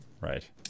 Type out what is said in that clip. Right